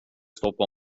stoppa